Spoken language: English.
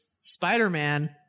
Spider-Man